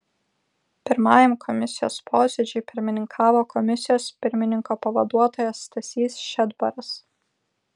pirmajam komisijos posėdžiui pirmininkavo komisijos pirmininko pavaduotojas stasys šedbaras